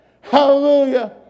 Hallelujah